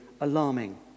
alarming